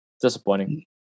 disappointing